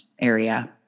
area